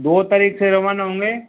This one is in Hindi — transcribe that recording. दो तारीख से रवाना होंगे